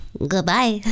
Goodbye